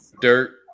dirt